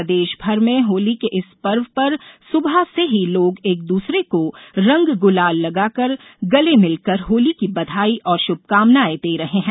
प्रदेश भर में होली के इस पर्व पर सुबह से ही लोग एक दूसरे को रंग गुलाल लगाकर गले मिल कर होली की बधाई और शुभकामनाए दे रहे हैं